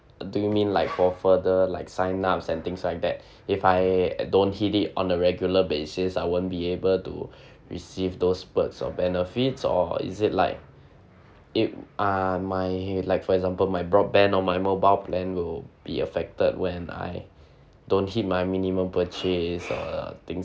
do you mean like for further like sign ups and things like that if I don't hit it on a regular basis I won't be able to receive those perks of benefits or is it like it uh my like for example my broadband or my mobile plan will be affected when I don't hit my minimum purchase or things